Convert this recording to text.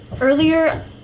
earlier